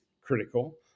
critical